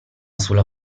sulla